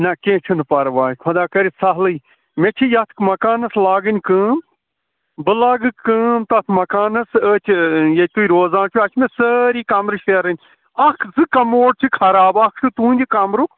نہَ کیٚنٛہہ چھُنہٕ پَرواے خۄدا کٔرِ سَہلٕے مےٚ چھِ یَتھ مکانَس لاگٕنۍ کٲم بہٕ لاگہٕ کٲم تَتھ مکانَس أتھۍ ییٚتہِ تُہۍ روزان چھُو اَتہِ چھِ مےٚ سٲری کَمرٕ شیرٕنۍ اَکھ زٕ کَموڈ چھِ خراب اَکھ چھُ تُہُنٛدِ کَمرُک